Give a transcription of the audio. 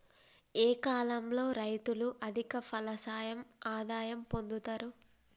ఏ కాలం లో రైతులు అధిక ఫలసాయం ఆదాయం పొందుతరు?